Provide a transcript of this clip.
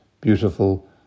beautiful